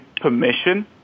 permission